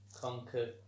conquer